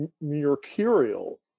mercurial